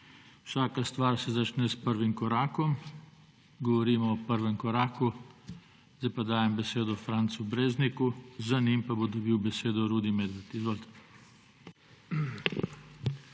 Vsaka stvar se začne s prvim korakom. Govorimo o prvem koraku. Zdaj pa dajem besedo Francu Brezniku, za njim pa bo dobil besedo Rudi Medved. Izvolite.